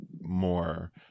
more